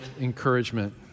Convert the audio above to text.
encouragement